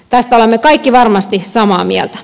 tästä olemme kaikki varmasti samaa mieltä